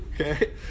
Okay